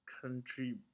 country